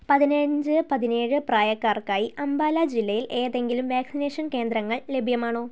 പതിനഞ്ച് പതിനേഴ് പ്രായക്കാർക്കായി അംബാല ജില്ലയിൽ ഏതെങ്കിലും വാക്സിനേഷൻ കേന്ദ്രങ്ങൾ ലഭ്യമാണോ